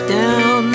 down